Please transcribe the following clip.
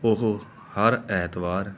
ਓਹ ਹਰ ਐਤਵਾਰ